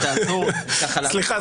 סליחה.